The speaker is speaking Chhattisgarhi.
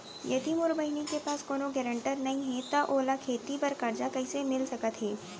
यदि मोर बहिनी के पास कोनो गरेंटेटर नई हे त ओला खेती बर कर्जा कईसे मिल सकत हे?